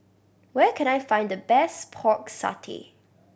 where can I find the best Pork Satay